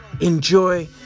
Enjoy